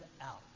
out